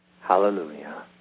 Hallelujah